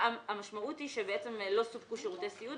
המשמעות היא שלא סופקו שירותי סיעוד,